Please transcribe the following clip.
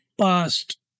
past